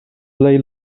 plej